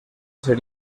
ser